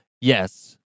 Yes